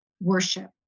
worship